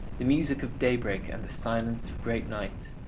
the music of daybreak and the silence of great nights,